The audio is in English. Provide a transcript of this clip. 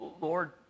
Lord